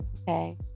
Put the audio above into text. okay